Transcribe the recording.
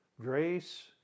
Grace